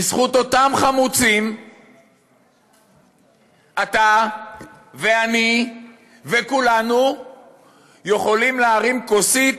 בזכות אותם חמוצים אתה ואני וכולנו יכולים להרים כוסית,